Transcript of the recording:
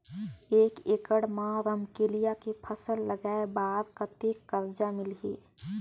एक एकड़ मा रमकेलिया के फसल लगाय बार कतेक कर्जा मिलही?